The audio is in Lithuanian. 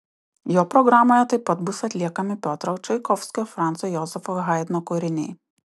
jo programoje taip pat bus atliekami piotro čaikovskio franco jozefo haidno kūriniai